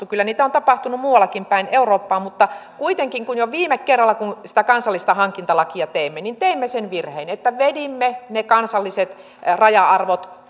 kyllä sitä on tapahtunut muuallakin päin eurooppaa kuitenkin jo viime kerralla kun sitä kansallista hankintalakia teimme teimme sen virheen että vedimme ne kansalliset raja arvot